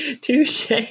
Touche